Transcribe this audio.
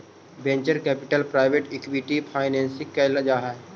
venture capital private equity financing कैल जा हई